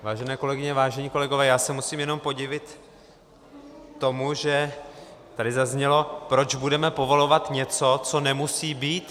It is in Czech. Vážené kolegyně, vážení kolegové, já se musím jenom podivit tomu, že tady zaznělo: Proč budeme povolovat něco, co nemusí být?